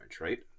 right